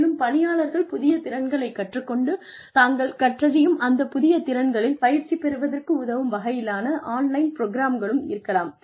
மேலும் பணியாளர்கள் புதிய திறன்களை கற்றுக் கொண்டு தாங்கள் கற்றறியும் அந்த புதிய திறன்களில் பயிற்சி பெறுவதற்கு உதவும் வகையிலான ஆன்லைன் புரோகிராம்களும் இருக்கலாம்